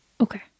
Okay